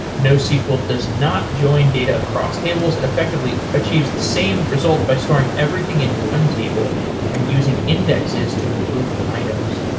nosql does not join data across tables. it effectively achieves the same result by storing everything in one table and using indexes to group items.